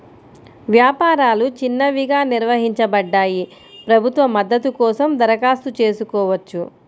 వ్యాపారాలు చిన్నవిగా నిర్వచించబడ్డాయి, ప్రభుత్వ మద్దతు కోసం దరఖాస్తు చేసుకోవచ్చు